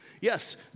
Yes